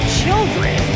children